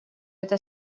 эта